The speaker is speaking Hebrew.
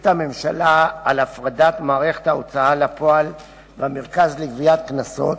החליטה הממשלה על הפרדת מערכת ההוצאה לפועל והמרכז לגביית קנסות,